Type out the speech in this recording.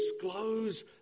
disclose